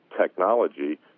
technology